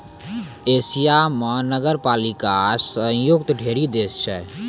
Asia म नगरपालिका स युक्त ढ़ेरी देश छै